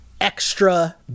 extra